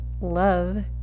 love